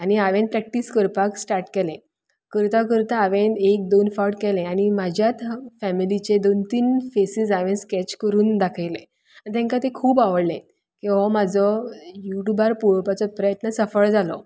आनी हांवें प्रेक्टीस करपाक स्टार्ट केले करता करता हांवें एक दोन फावट केलें आनी म्हज्यात फेमिलीचे दोन तीन फेसिस हांवें स्केच करून दाखयले आनी तांकां ते खूब आवडले की हो म्हजो युट्यूबार पळोवपाचो प्रयत्न सफळ जालो